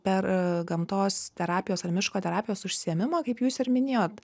per gamtos terapijos ar miško terapijos užsiėmimą kaip jūs ir minėjot